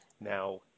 Now